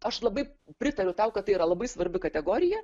aš labai pritariu tau kad tai yra labai svarbi kategorija